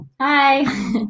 hi